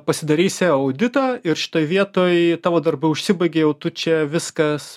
pasidarysi auditą ir šitoj vietoj tavo darbai užsibaigė jau tu čia viskas